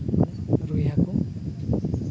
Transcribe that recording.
ᱨᱩᱭ ᱦᱟᱹᱠᱩ